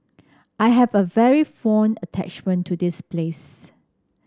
I have a very fond attachment to this place